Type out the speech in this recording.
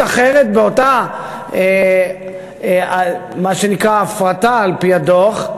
אחרת באותה מה שנקרא הפרטה על-פי הדוח,